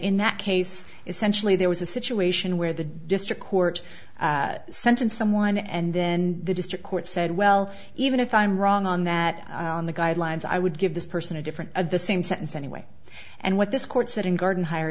in that case essentially there was a situation where the district court sentenced someone and then the district court said well even if i'm wrong on that on the guidelines i would give this person a different of the same sentence anyway and what this court said and gardenhi